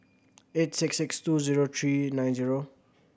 eight six six two zero three nine zero